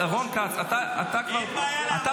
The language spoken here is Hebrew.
רון כץ, אתה --- אין בעיה לעמוד, אמרתי.